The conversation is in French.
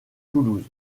toulouse